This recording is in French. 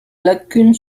lacunes